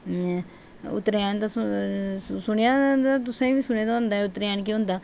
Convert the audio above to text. त्रैन सुनेआ तुसें तुसें बी सुने दा होना ऐ त्रैन केह् होंदा त्रैन